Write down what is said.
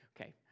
Okay